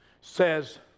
says